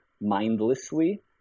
mindlessly